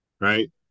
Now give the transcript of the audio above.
Right